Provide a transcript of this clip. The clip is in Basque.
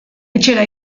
etxera